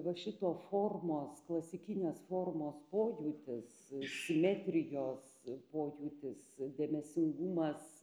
va šito formos klasikinės formos pojūtis simetrijos pojūtis dėmesingumas